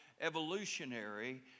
evolutionary